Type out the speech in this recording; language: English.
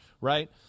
Right